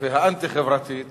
והאנטי-חברתית